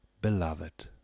Beloved